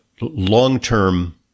long-term